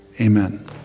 amen